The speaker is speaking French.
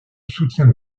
soutient